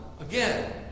again